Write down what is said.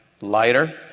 lighter